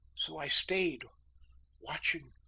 so i stayed watching.